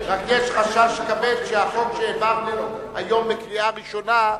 רק יש חשש כבד שהחוק שהעברנו היום בקריאה ראשונה,